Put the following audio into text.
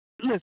Listen